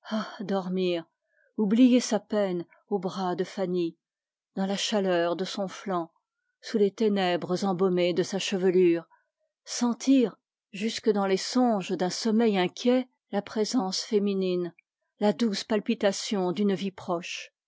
dormir oublier sa peine aux bras de fanny dans la chaleur de son flanc sous les ténèbres embaumées de sa chevelure sentir jusque dans les songes d'un sommeil inquiet la douce palpitation d'une vie proche